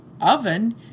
oven